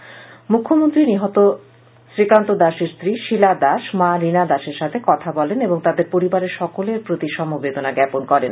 সেখানে মুখ্যমন্ত্রী নিহত শ্রীকান্ত দাসের স্ত্রী শীলা দাস মা রীনা দাসের সাথে কথা বলেন এবং তাদের পরিবারের সকলের প্রতি সমবেদনা জ্ঞাপন করেন